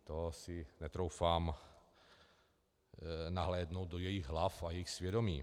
To si netroufám nahlédnout do jejich hlav a jejich svědomí.